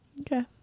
Okay